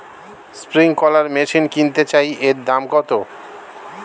Sprinkler machine কিনতে চাই এর দাম কত?